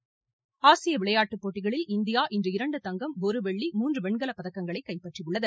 விளையாட்டுச் செய்திகள் ஆசிய விளையாட்டுப் போட்டிகளில் இந்தியா இன்று இரண்டு தங்கம் ஒரு வெள்ளி மூன்று வெண்கலப் பதக்கங்களை கைப்பற்றியுள்ளது